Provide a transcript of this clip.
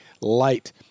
light